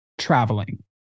traveling